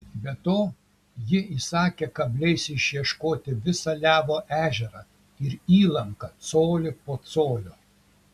be to ji įsakė kabliais išieškoti visą levo ežerą ir įlanką colį po colio